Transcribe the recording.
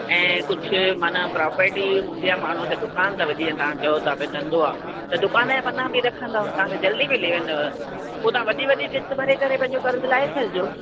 ऐं कुझु माना प्रापर्टी हूंदी आहे माण्हुनि खे दुकानु त तव्हां जीअं चओ था धंधो आहे दुकान जा पना बि रखंदव तव्हांखे जल्दी मिली वेंदव पोइ तव्हां वॾी वॾी क़िस्त भरे करे पंहिंजो कर्ज़ु लाहे छॾिजो